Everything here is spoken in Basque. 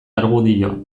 argudio